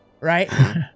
right